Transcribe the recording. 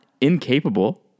incapable